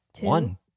one